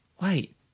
Wait